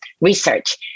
research